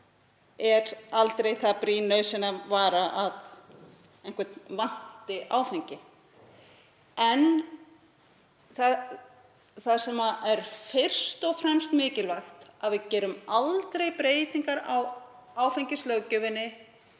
er aldrei það brýn nauðsyn að einhvern vanti áfengi. En það sem er fyrst og fremst mikilvægt er að við gerum aldrei breytingar á áfengislöggjöfinni